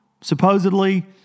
supposedly